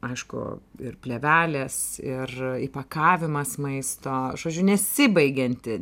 aišku ir plėvelės ir įpakavimas maisto žodžiu nesibaigianti